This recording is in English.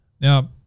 Now